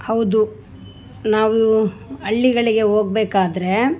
ಹೌದು ನಾವು ಹಳ್ಳಿಗಳಿಗೆ ಹೋಗ್ಬೇಕಾದ್ರೆ